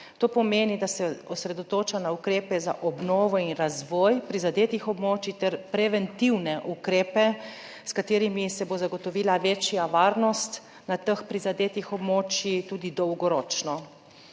To pomeni, da se osredotoča na ukrepe za obnovo in razvoj prizadetih območij ter preventivne ukrepe, s katerimi se bo zagotovila večja varnost na teh prizadetih območjih tudi dolgoročno.